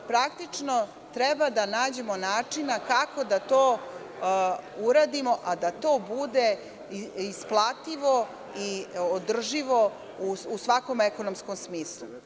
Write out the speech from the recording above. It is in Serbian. Praktično, treba da nađemo načina kako da to uradimo, a da to bude isplativo i održivo u svakom ekonomskom smislu.